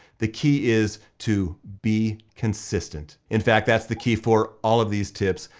the key is to be consistent. in fact that's the key for all of these tips,